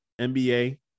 NBA